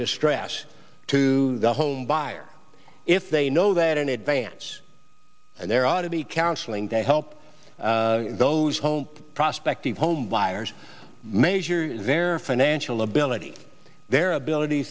distress to the home buyer if they know that in advance and there ought to be counseling to help those home prospected homebuyers measure their financial ability their ability